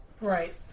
Right